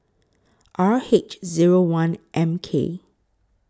R H Zero one M K